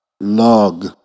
log